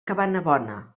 cabanabona